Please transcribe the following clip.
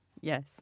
Yes